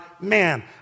man